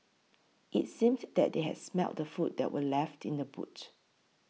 it seemed that they had smelt the food that were left in the boot